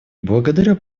благодарю